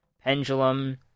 pendulum